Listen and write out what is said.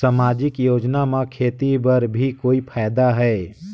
समाजिक योजना म खेती बर भी कोई फायदा है?